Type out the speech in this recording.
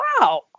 wow